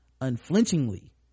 unflinchingly